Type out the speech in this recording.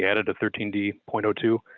headed to thirteen d point two.